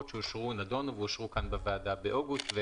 שנדונו ואושרו כאן בוועדה באוגוסט,